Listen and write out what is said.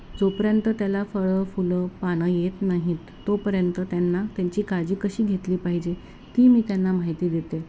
जोपर्यंत त्याला फळं फुलं पानं येत नाहीत तोपर्यंत त्यांना त्यांची काळजी कशी घेतली पाहिजे ती मी त्यांना माहिती देते